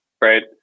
right